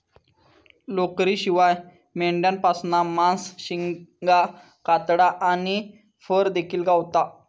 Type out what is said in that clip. लोकरीशिवाय मेंढ्यांपासना मांस, शिंगा, कातडा आणि फर देखिल गावता